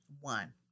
one